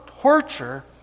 torture